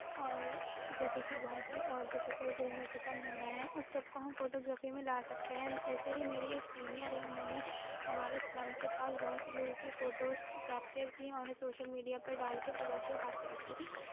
اور جیسے کہ بہت سی عورتوں کے اوپر ظلم و ستم ہو رہے ہیں اس سب کو ہم فوٹوگرافی میں لا سکتے ہیں ایسے ہی میری ایک سینیئر ہے انہوں نے ہمارے سلم کے پاس بہت سے لوگوں کی فوٹوز کیپچر کیں اور انہیں سوشل میڈیا پر ڈال کے توجہ حاصل کی